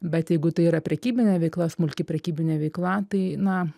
bet jeigu tai yra prekybinė veikla smulki prekybinė veikla tai na